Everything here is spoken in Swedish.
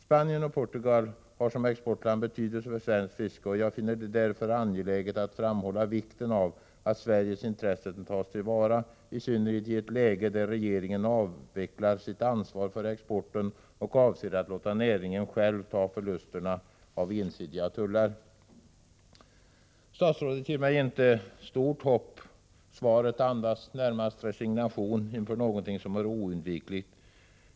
Spanien och Portugal har som exportmarknader betydelse för svenskt fiske, och jag finner det därför angeläget att framhålla vikten av att Sveriges intressen tas till vara, i synnerhet i ett läge där regeringen avvecklar sitt ansvar för exporten och avser att låta näringen själv ta förlusterna på grund av ensidiga tullar. Statsrådet ger mig inte stort hopp. Svaret andas närmast resignation inför någonting som är oundvikligt.